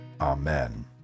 Amen